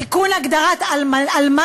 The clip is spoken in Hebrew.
(תיקון, הגדרת אלמן